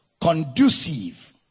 conducive